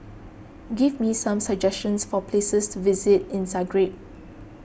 give me some suggestions for places to visit in Zagreb